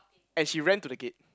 and she ran to the gate